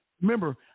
Remember